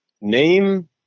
name